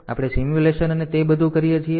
તેથી આપણે સિમ્યુલેશન અને તે બધું કરીએ છીએ